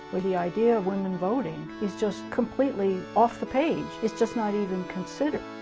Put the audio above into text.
but the idea of women voting is just completely, off the page, it's just not even considered.